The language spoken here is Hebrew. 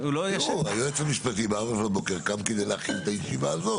במיוחד שהיום האחריות על הקרן נשארה במשרד להגנת הסביבה.